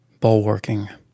Bulwarking